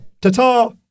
Ta-ta